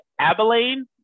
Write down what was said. Abilene